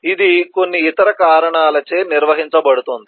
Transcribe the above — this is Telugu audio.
ఇది కొన్ని ఇతర కారణాలచే నిర్వహించబడుతుంది